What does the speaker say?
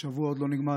השבוע עוד לא נגמר,